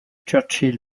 churchill